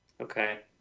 Okay